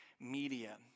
media